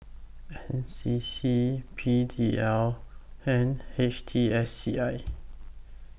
N C C P D L and H T S C I